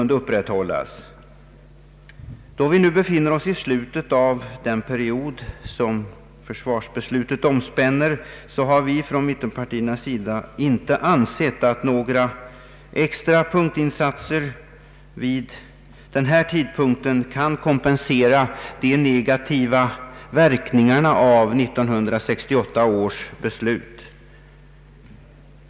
Då vi nu befinner oss i slutet av den period som försvarsbeslutet omspänner har vi från mittenpartiernas sida inte ansett att några extra punktinsatser vid denna tidpunkt kan kompensera de negativa verkningarna av 1968 års beslut.